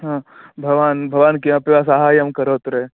भवान् भवान् किमपि वा सहायं करोतु रे